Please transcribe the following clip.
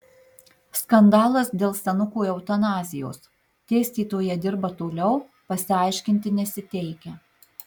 skandalas dėl senukų eutanazijos dėstytoja dirba toliau pasiaiškinti nesiteikia